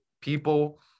people